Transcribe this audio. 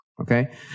Okay